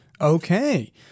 Okay